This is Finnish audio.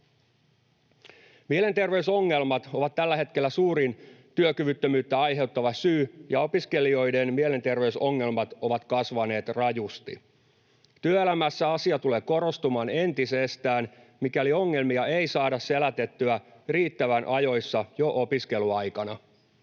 Mielenterveysongelmat ovat tällä hetkellä suurin työkyvyttömyyttä aiheuttava syy, ja opiskelijoiden mielenterveysongelmat ovat kasvaneet rajusti. Työelämässä asia tulee korostumaan entisestään, mikäli ongelmia ei saada selätettyä riittävän ajoissa jo opiskeluaikana.